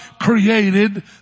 created